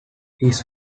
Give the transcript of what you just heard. his